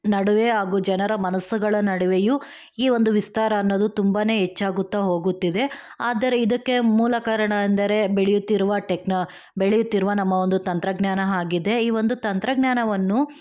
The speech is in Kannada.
ನಡುವೆ ಹಾಗೂ ಜನರ ಮನಸ್ಸುಗಳ ನಡುವೆಯೂ ಈ ಒಂದು ವಿಸ್ತಾರ ಅನ್ನೋದು ತುಂಬಾ ಹೆಚ್ಚಾಗುತ್ತಾ ಹೋಗುತ್ತಿದೆ ಆದರೆ ಇದಕ್ಕೆ ಮೂಲ ಕಾರಣ ಅಂದರೆ ಬೆಳೆಯುತ್ತಿರುವ ಟೆಕ್ನೋ ಬೆಳೆಯುತ್ತಿರುವ ನಮ್ಮ ಒಂದು ತಂತ್ರಜ್ಞಾನ ಹಾಗಿದೆ ಈ ಒಂದು ತಂತ್ರಜ್ಞಾನವನ್ನು